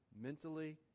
mentally